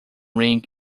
ring